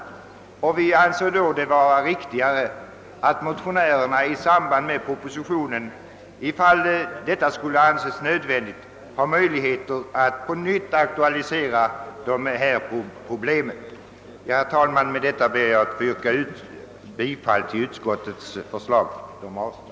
Vi anser det då vara riktigare att motionärerna i samband med propositionens framläggande har möjlighet att på nytt aktualisera problemet, om det skulle anses vara nödvändigt. Herr talman! Med detta ber jag att få yrka bifall till utskottets hemställan.